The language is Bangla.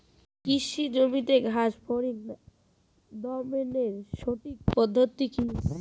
কৃষি জমিতে ঘাস ফরিঙ দমনের সঠিক পদ্ধতি কি?